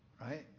right